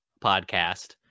podcast